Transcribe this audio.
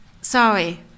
sorry